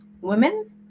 Women